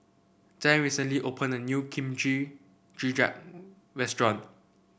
Zain recently opened a new Kimchi Jjigae Restaurant